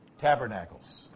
tabernacles